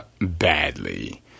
badly